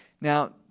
Now